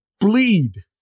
bleed